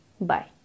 Bye